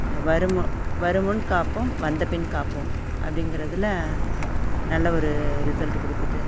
வரும் மு வரும் முன் காப்போம் வந்தபின் காப்போம் அப்படிங்கிறதுல நல்ல ஒரு ரிசல்ட்டு கொடுக்குது